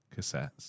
cassettes